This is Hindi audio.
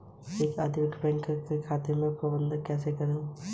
मैं एकाधिक बैंक खातों का प्रबंधन कैसे करूँ?